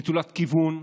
נטולת כיוון,